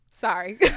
Sorry